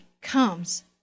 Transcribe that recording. comes